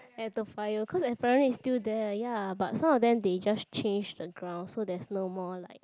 at Toa Payoh cause apparently it's still there ya but some of them they just change the ground so there's no more like